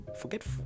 Forget